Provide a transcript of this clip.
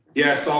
yes, um